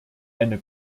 eine